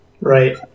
right